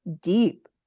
deep